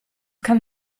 kann